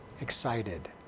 excited